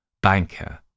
banker